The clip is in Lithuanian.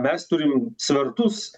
mes turim svertus